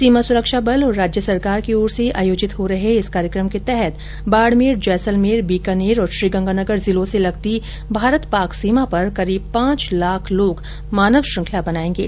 सीमा सुरक्षा बल और राज्य सरकार की ओर से आयोजित हो रहे इस कार्यक्रम के तहत बाडमेर जैसलमेर बीकानेर और श्री गंगानगर जिलों से लगती भारत पाक सीमा पर करीब पांच लाख लोग मानव श्रृंखला बनायेगें